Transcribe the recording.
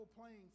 playing